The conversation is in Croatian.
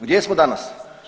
Gdje smo danas?